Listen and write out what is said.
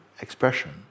expression